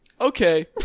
Okay